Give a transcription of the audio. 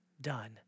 done